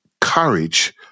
courage